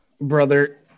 Brother